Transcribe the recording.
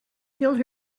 filled